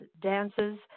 dances